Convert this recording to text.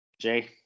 Jay